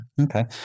Okay